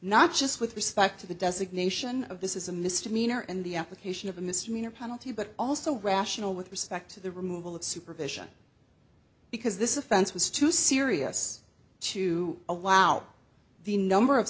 not just with respect to the designation of this is a misdemeanor and the application of a misdemeanor penalty but also rational with respect to the removal of supervision because this is a fence was too serious to allow the number of